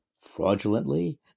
fraudulently